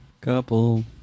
Couple